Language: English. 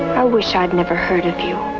wish i had never heard of you.